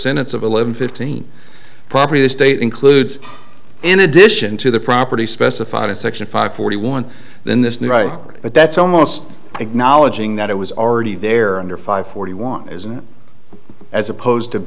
sentence of eleven fifteen property the state includes in addition to the property specified in section five forty one then this new right but that's almost acknowledging that it was already there under five forty one isn't as opposed to